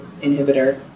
inhibitor